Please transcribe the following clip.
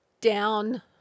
down